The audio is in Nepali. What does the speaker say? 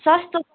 सस्तो